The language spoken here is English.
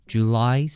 July